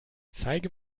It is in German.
zeige